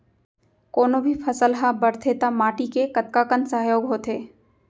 कोनो भी फसल हा बड़थे ता माटी के कतका कन सहयोग होथे?